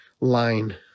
line